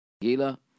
gila